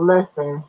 Listen